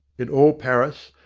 in all paris,